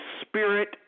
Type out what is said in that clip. spirit